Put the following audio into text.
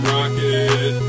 Rocket